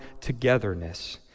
togetherness